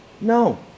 No